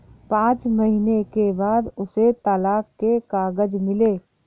पांच महीने के बाद उसे तलाक के कागज मिले